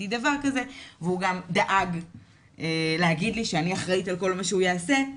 דבר כזה' והוא גם דאג להגיד לי שאני אחראית על כל מה שהוא יעשה,